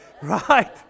Right